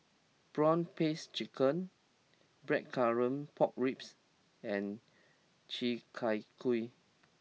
Prawn Paste Chicken Blackcurrant Pork Ribs and Chi Kak Kuih